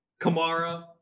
Kamara